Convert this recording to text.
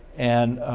and,